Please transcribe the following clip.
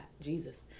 Jesus